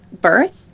birth